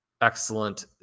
excellent